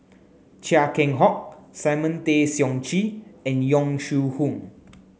Chia Keng Hock Simon Tay Seong Chee and Yong Shu Hoong